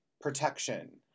protection